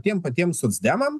tiem patiem socdemam